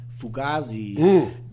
fugazi